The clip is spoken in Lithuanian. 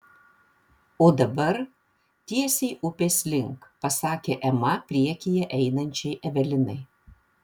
o dabar tiesiai upės link pasakė ema priekyje einančiai evelinai